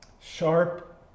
sharp